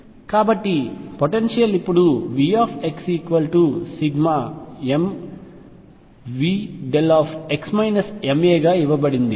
కాబట్టి పొటెన్షియల్ ఇప్పుడు V mVδ గా ఇవ్వబడింది